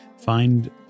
find